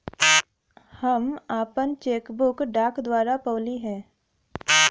हम आपन cheque book डाक द्वारा पउली है